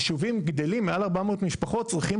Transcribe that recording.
ישובים גדלים מעל 400 משפחות צריכים